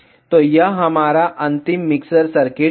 तो यह हमारा अंतिम मिक्सर सर्किट है